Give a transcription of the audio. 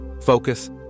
focus